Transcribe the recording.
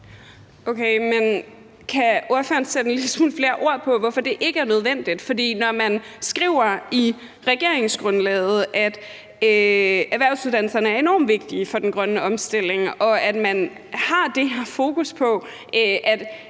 en lille smule flere ord på, hvorfor det ikke er nødvendigt? For når man skriver i regeringsgrundlaget, at erhvervsuddannelserne er enormt vigtige for den grønne omstilling, og at man har det her fokus på,